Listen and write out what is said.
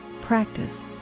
Practice